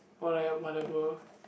or like whatever